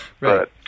Right